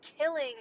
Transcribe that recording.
killing